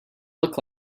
look